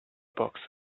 box